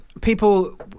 People